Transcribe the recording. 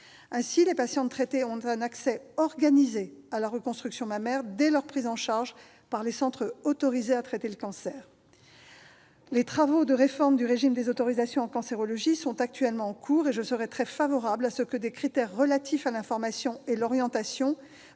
Ainsi, les patientes traitées ont un accès organisé à la reconstruction mammaire dès leur prise en charge par les centres autorisés à traiter le cancer. Les travaux de réforme du régime des autorisations en cancérologie sont en cours. Je serais très favorable à ce que des critères relatifs à l'information et l'orientation